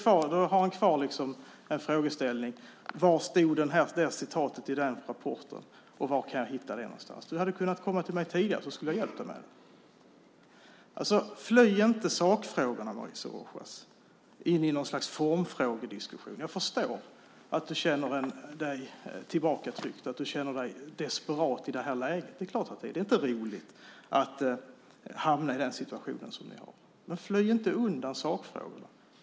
Han har kvar en frågeställning om var citatet stod i rapporten och var han kan hitta det. Du hade kunnat komma till mig tidigare så skulle jag ha hjälpt dig med det! Fly inte sakfrågorna, Mauricio Rojas, in i något slags formfrågediskussion! Jag förstår att du känner dig tillbakatryckt och desperat i detta läge. Det är klart att det inte är roligt att hamna i den situation som ni är i, men fly inte sakfrågorna.